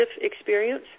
experience